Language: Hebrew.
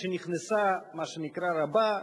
כשנכנסה מה שנקרא "רבה",